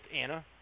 anna